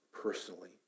personally